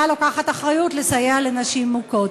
לוקחת בהן אחריות לסייע לנשים מוכות.